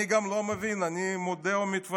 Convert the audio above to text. אני גם לא מבין, אני מודה ומתוודה,